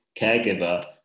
caregiver